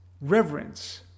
reverence